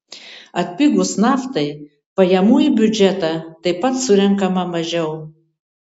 atpigus naftai pajamų į biudžetą taip pat surenkama mažiau